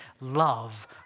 love